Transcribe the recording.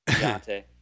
Dante